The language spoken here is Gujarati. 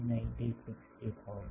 96 થી 0